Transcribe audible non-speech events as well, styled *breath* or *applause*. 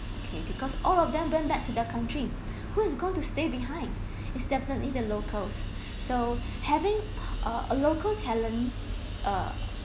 okay because all of them went back to their country *breath* who's going to stay behind it's definitely the locals *breath* so *breath* having *breath* uh a local talent err